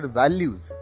values